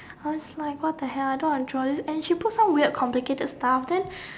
I was like what the hell I don't want to draw this and she put up weird complicated stuff then